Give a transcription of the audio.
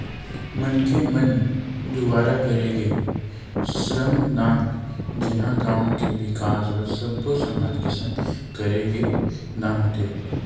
मनखे मन दुवारा करे गे श्रम दान जेनहा गाँव के बिकास बर सब्बो समाज के संग करे गे दान होथे